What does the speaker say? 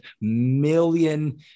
million